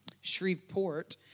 Shreveport